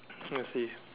I see